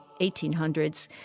1800s